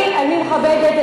אני מכבדת,